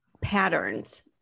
patterns